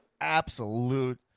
absolute